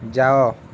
ଯାଅ